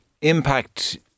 impact